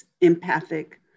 empathic